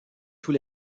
tous